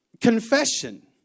confession